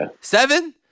Seven